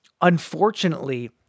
unfortunately